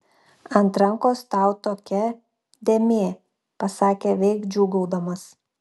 ant rankos tau tokia dėmė pasakė veik džiūgaudamas